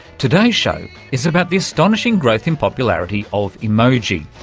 today's show is about the astonishing growth in popularity of emoji,